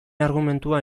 argumentua